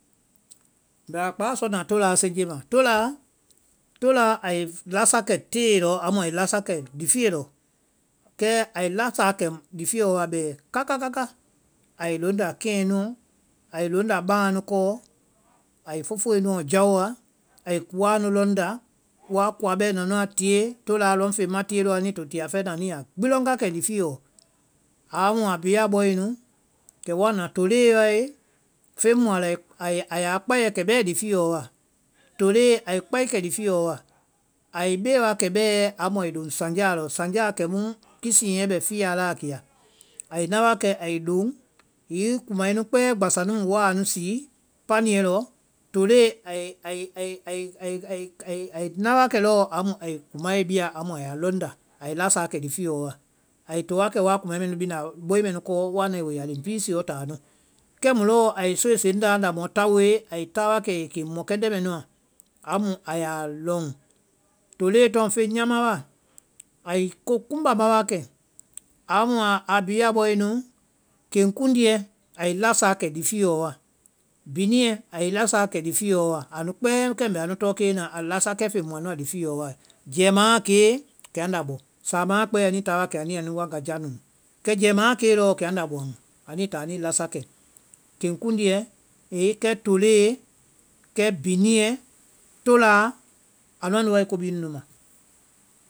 Mbɛ a kpáa sɔna toláa senje ma, toláa. toláa ai lasakɛ tee amu ai lasakɛ lifiɛ lɔ. Kɛ ai lasaakɛ lifiɔ bɛɛ wa kaka kaka. Ai loŋnda keɛ nuɔ, ai loŋnda baŋɛ nu kɔ, ai fofoe nuɔ jaowa, ai koaa nu lɔŋnda, woa kua bɛna nu a tie, toláa a lɔŋ feŋ fɛe ma tie lɔɔ anu to ti a fɛɛ na nu ya gbi lɔŋ wa kɛ lifiɔ. Amu a bhii a bɔe nu, kɛ woa na toloe waee, feŋ mu a lɔ ai- ai ya kpai kɛ bɛɛ lifiɔ wa. Toloe ai kpai kɛ lifiɔ wa, ai bee wa kɛ bɛɛ amu ai lɔ sanjáa lɔ, sanjá mu kisiɛ bɛ fiyaa láa kiya. Ai na wa ai loŋ, hiŋi kumae mu kpɛɛ gbasa nu mu waa anu sii paniɛ lɔ, toloe ai ai na wa kɛ lɔɔ amu ai kumae bia amu a ya lɔnnda, ai lasaakɛ lifiɔ wa. Ai to wa kɛ woa kumae mɛnu bina bɔi mɛ kɔɔ woa nae wo ya leŋpiisiɔ taa nu. Kɛ lɔɔ ai soe seŋnda ana mɔ taoe, ai táa wa kɛ ai ke mɔkɛndɛ mɛ nuã anu a yaa lɔ, toloe tɔŋ feŋ niyama wa, ai ko koŋmba ma wa kɛ. Amu a bee a bɔe nu, keŋkunduɛ ai lasaakɛ lifiɔ wa, biniɛ ai lasaakɛ lifiɔ wa, amu kpɛɛ kɛ mbɛ anu tɔɔ kee na lasakɛ feŋ muã lifiɔ wae, jɛɛmaã a kee kɛ anda bɔ, saamaã a kpɛe anui táa wa kɛ nu ya anu wanga ja nuu. kɛ jɛmaã a kee lɔɔ kɛ anda bowaŋ anuĩ táa anuĩ lasakɛ, keŋkunduɛ, kɛ toloe, kɛ biniɛ, toláa anuã nu wae ko bee nunu ma.